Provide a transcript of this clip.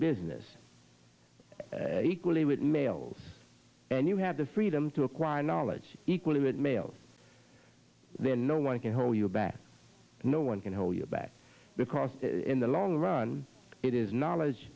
business equally with males and you have the freedom to acquire knowledge equally with males then no one can hold you back no one can hold you back because in the long run it is knowledge